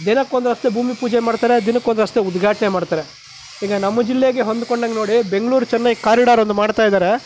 ದಿನಕ್ಕೊಂದು ರಸ್ತೆ ಭೂಮಿ ಪೂಜೆ ಮಾಡ್ತಾರೆ ದಿನಕ್ಕೊಂದು ರಸ್ತೆ ಉದ್ಘಾಟನೆ ಮಾಡ್ತಾರೆ ಈಗ ನಮ್ಮ ಜಿಲ್ಲೆಗೆ ಹೊಂದ್ಕೊಂಡಂಗೆ ನೋಡಿ ಬೆಂಗಳೂರು ಚೆನ್ನೈ ಕಾರಿಡಾರ್ ಒಂದು ಮಾಡ್ತಾಯಿದ್ದಾರೆ